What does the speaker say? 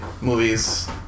movies